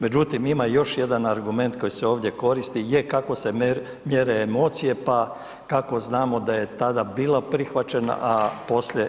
Međutim, ima još jedan argument koji se ovdje koristi je kako se mjere emocije pa kako znamo da je tada bila prihvaćena a poslije.